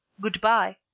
Goodbye